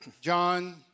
John